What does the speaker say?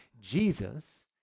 Jesus